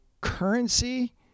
currency